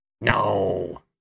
No